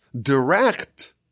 direct